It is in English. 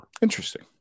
Interesting